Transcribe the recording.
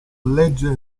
legge